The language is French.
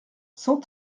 cent